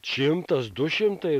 šimtas du šimtai